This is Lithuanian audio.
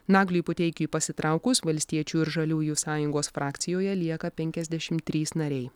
nagliui puteikiui pasitraukus valstiečių ir žaliųjų sąjungos frakcijoje lieka penkiasdešim trys nariai